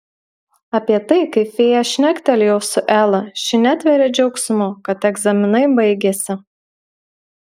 apie tai kaip fėja šnektelėjo su ela ši netveria džiaugsmu kad egzaminai baigėsi